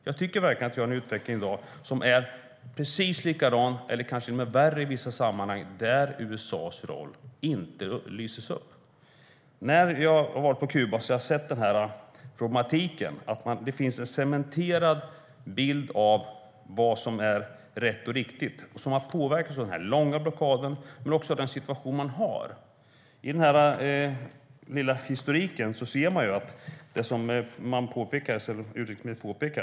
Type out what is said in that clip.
Jag tycker att dagens utveckling är likadan eller kanske till och med värre i vissa sammanhang, men USA:s roll belyses inte. När jag varit på Kuba har jag sett den här problematiken. Det finns en cementerad bild av vad som är rätt och riktigt. Den har påverkats av den långa blockaden, men också av den situation man har. I en liten historik som jag tagit med mig bekräftas det som utrikesministern påpekar.